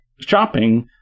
shopping